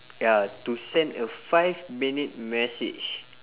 ya to send a five minute message